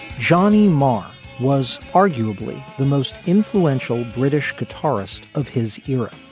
johnny marr was arguably the most influential british guitarist of his era.